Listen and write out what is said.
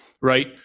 right